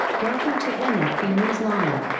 welcome to and nfb-newsline.